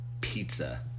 pizza